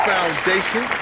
Foundation